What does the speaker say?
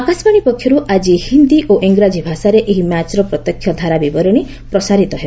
ଆକାଶବାଣୀ ପକ୍ଷରୁ ଆକି ହିନ୍ଦୀ ଓ ଇଂରାଜୀ ଭାଷାରେ ଏହି ମ୍ୟାଚ୍ର ପ୍ରତ୍ୟକ୍ଷ ଧାରାବିବରଣୀ ପ୍ରସାରିତ ହେବ